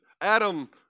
Adam